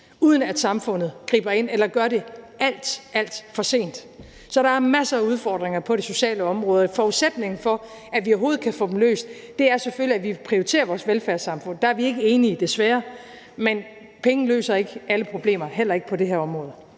uden at samfundet griber ind, eller gør det alt, alt for sent. Så der er masser af udfordringer på det sociale område. Forudsætningen for, at vi overhovedet kan få dem løst, er selvfølgelig, at vi prioriterer vores velfærdssamfund. Der er vi ikke enige, desværre. Men penge løser ikke alle problemer, heller ikke på det her område.